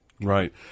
Right